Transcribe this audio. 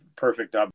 perfect